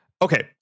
Okay